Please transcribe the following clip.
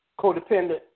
codependent